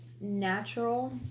natural